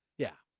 yeah.